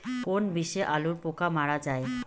কোন বিষে আলুর পোকা মারা যায়?